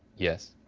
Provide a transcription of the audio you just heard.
yes,